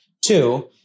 Two